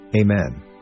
Amen